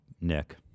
Nick